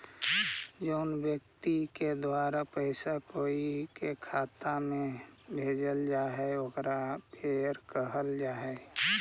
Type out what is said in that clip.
जउन व्यक्ति के द्वारा पैसा कोई के खाता में भेजल जा हइ ओकरा पेयर कहल जा हइ